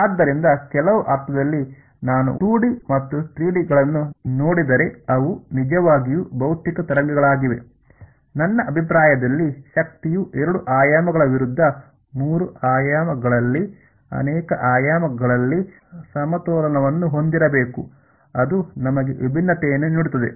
ಆದ್ದರಿಂದ ಕೆಲವು ಅರ್ಥದಲ್ಲಿ ನಾನು 2 ಡಿ ಮತ್ತು 3 ಡಿಗಳನ್ನು ನೋಡಿದರೆ ಅವು ನಿಜವಾಗಿಯೂ ಭೌತಿಕ ತರಂಗಗಳಾಗಿವೆ ನನ್ನ ಅಭಿಪ್ರಾಯದಲ್ಲಿ ಶಕ್ತಿಯು ಎರಡು ಆಯಾಮಗಳ ವಿರುದ್ಧ ಮೂರು ಆಯಾಮಗಳಲ್ಲಿ ಅನೇಕ ಆಯಾಮಗಳಲ್ಲಿ ಸಮತೋಲನವನ್ನು ಹೊಂದಿರಬೇಕು ಅದು ನಮಗೆ ವಿಭಿನ್ನತೆಯನ್ನು ನೀಡುತ್ತದೆ